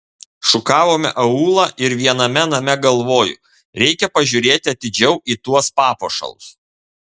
šukavome aūlą ir viename name galvoju reikia pažiūrėti atidžiau į tuos papuošalus